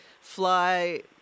fly